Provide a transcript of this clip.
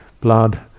blood